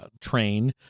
train